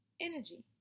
energy